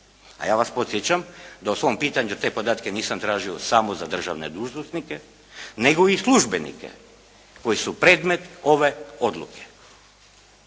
A ja vas podsjećam da u svom pitanju te podatke nisam tražio samo za državne dužnosnike nego i službenike koji su predmet ove odluke.